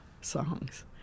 songs